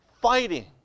fighting